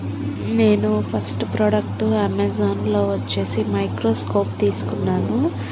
నేను first product అమెజాన్లో వచ్చేసి మైక్రోస్కోప్ తీసుకున్నాను